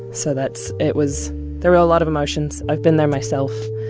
so that's it was there were a lot of emotions. i've been there myself.